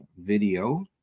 video